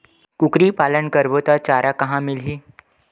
कुकरी पालन करबो त चारा कहां मिलही?